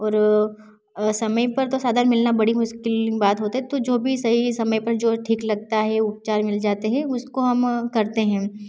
और समय पर तो साधन मिलना तो बड़ी मुश्किल बात होता है तो जो भी सही समय पर जो ठीक लगता है उपचार मिल जाते हैं उसको हम करते हैं